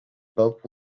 bob